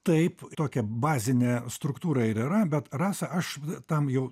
taip tokia bazinė struktūra ir yra bet rasa aš tam jau